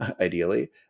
ideally